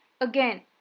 Again